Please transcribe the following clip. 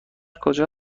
کجا